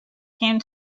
came